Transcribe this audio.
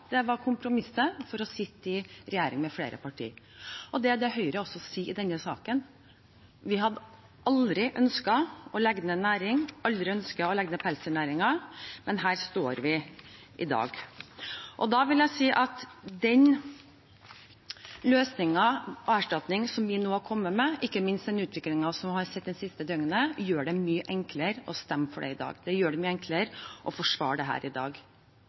det var kompromisset for å sitte i regjering med flere partier. Det er også det Høyre sier i denne saken. Vi hadde aldri ønsket å legge ned en næring, aldri ønsket å legge ned pelsdyrnæringen, men her står vi i dag. Da vil jeg si at den løsningen og erstatningen vi nå har kommet med, ikke minst med den utviklingen vi har sett det siste døgnet, gjør det mye enklere å stemme for dette i dag. Det gjør det mye enklere å forsvare dette i dag.